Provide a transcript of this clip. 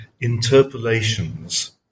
interpolations